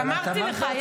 אמרתי לך.